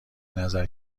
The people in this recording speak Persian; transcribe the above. نظر